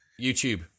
YouTube